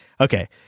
okay